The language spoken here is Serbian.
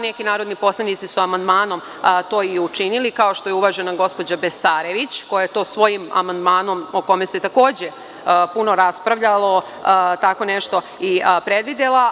Neki narodni poslanici su amandmanom to i učinili, kao što je uvažena gospođa Besarević, koja je to svojim amandmanom, o kome se takođe puno raspravljalo, tako nešto i predvidela.